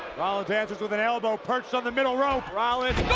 rollins answers with an elbow perched on the middle rope. rollins